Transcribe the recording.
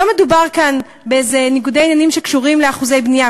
לא מדובר כאן באיזה ניגודי עניינים שקשורים לאחוזי בנייה,